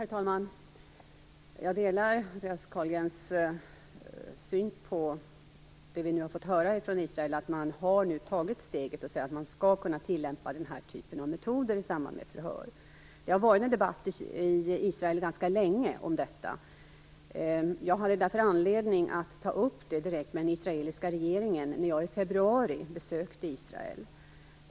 Herr talman! Jag delar Andreas Carlgrens syn på det vi har fått höra från Israel, att man nu har tagit steget och sagt att man skall kunna tillämpa den här typen av metoder i samband med förhör. Det har varit en debatt i Israel ganska länge om detta. Jag har haft anledning att ta upp det direkt med den israeliska regeringen när jag i februari besökte Israel.